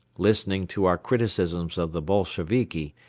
listening to our criticisms of the bolsheviki,